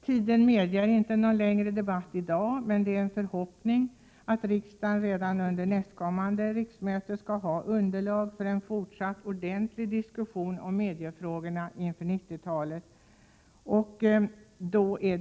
Tiden medger inte någon längre debatt i dag, men det är en förhoppning att vi redan under nästkommande riksmöte skall ha underlag för en ordentlig diskussion om mediefrågorna inför 1990-talet.